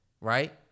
right